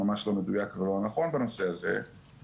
ממש לא מדויק ולא נכון בנושא הזה,